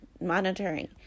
monitoring